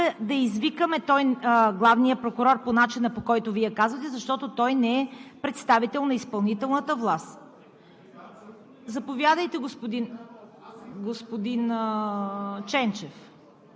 има такова предложение, можем да направим такова нарочно. Няма как да извикаме главния прокурор по начина, по който Вие казвате, защото той не е представител на изпълнителната власт.